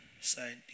side